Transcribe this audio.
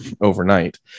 overnight